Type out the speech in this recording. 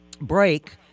break